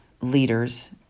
leaders